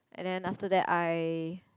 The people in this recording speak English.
and then after that I